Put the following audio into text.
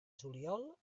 juliol